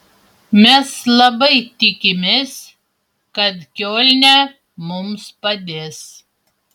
mes labai tikimės kad kiolne mums padės